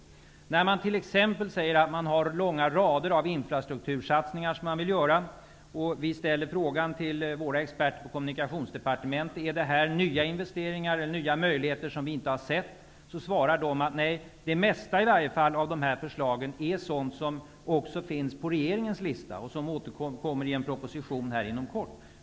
Socialdemokraterna säger t.ex. att de vill göra långa rader av infrastruktursatsningar. Vi frågar våra experter på Kommunikationsdepartemenetet om det är nya möjligheter som vi inte har sett. De svarar att de flesta förslagen också finns på regeringens lista, och återkommer i en proposition inom kort.